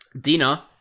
Dina